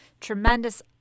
tremendous